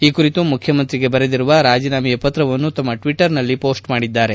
ಈ ಕುರಿತು ಮುಖ್ಯಮಂತ್ರಿಗೆ ಬರೆದಿರುವ ರಾಜೀನಾಮೆಯ ಪತ್ರವನ್ನು ತಮ್ನ ಟ್ವಟರ್ನಲ್ಲಿ ಮೋಸ್ಟ್ ಮಾಡಿದ್ದಾರೆ